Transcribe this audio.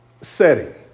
setting